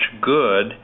good